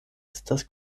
estas